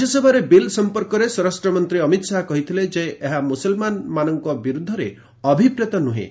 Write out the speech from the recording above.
ରାଜ୍ୟସଭରେ bill ସମ୍ପର୍କରେ ସ୍ୱରାଷ୍ଟ୍ରମନ୍ତ୍ରୀ ଅମିତ ଶାହା କହିଥିଲେ ଯେ ଏହା ମୁସଲମାନଙ୍କ ବିରୁଦ୍ଧରେ ଅଭିପ୍ରେତ ନୁହେଁ